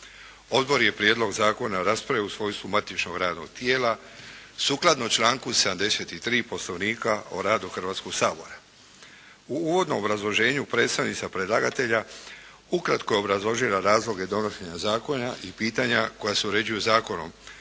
Odbor je prijedlog zakona raspravio u svojstvu matičnog radnog tijela sukladno članku 73. Poslovnika o radu Hrvatskog sabora. U uvodnom obrazloženju predstavnica predlagatelja ukratko je obrazložila razloge donošenja zakona i pitanja koja se uređuju zakonom,